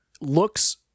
looks